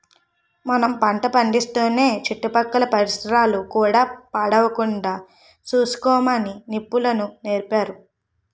మనం పంట పండిస్తూనే చుట్టుపక్కల పరిసరాలు కూడా పాడవకుండా సూసుకోమని నిపుణులు సెప్పేరు